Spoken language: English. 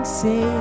say